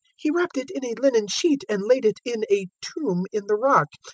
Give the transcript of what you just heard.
he wrapped it in a linen sheet and laid it in a tomb in the rock,